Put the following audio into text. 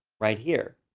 right here,